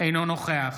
אינו נוכח